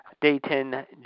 Dayton